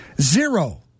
Zero